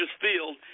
field